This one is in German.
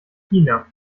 china